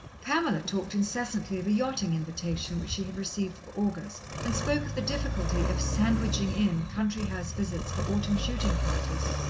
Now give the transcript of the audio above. pamela talked incessantly of a yachting invitation which she had received for august, and spoke of the difficulty of sandwiching in country-house visits for autumn shooting-parties,